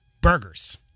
Burgers